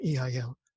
EIL